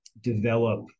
develop